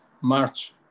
March